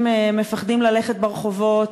אנשים מפחדים ללכת ברחובות.